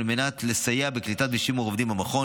מנת לסייע בקליטת ושימור עובדים במכון,